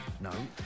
No